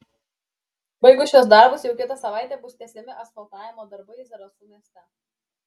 baigus šiuos darbus jau kitą savaitę bus tęsiami asfaltavimo darbai zarasų mieste